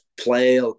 play